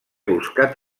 buscat